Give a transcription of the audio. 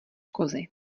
kozy